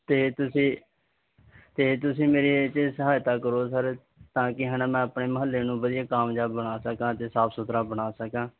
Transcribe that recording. ਅਤੇ ਤੁਸੀਂ ਅਤੇ ਤੁਸੀਂ ਮੇਰੀ ਇਹ 'ਚ ਸਹਾਇਤਾ ਕਰੋ ਸਰ ਤਾਂ ਕਿ ਹੈ ਨਾ ਮੈਂ ਆਪਣੇ ਮੁਹੱਲੇ ਨੂੰ ਵਧੀਆ ਕਾਮਯਾਬ ਬਣਾ ਸਕਾਂ ਅਤੇ ਸਾਫ ਸੁਥਰਾ ਬਣਾ ਸਕਾਂ